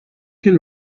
can